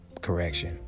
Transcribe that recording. correction